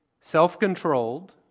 self-controlled